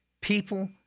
people